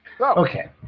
Okay